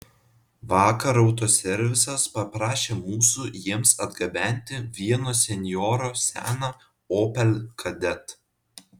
vakar autoservisas paprašė mūsų jiems atgabenti vieno senjoro seną opel kadett